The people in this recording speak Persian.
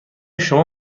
شما